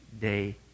day